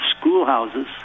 schoolhouses